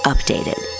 Updated